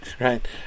right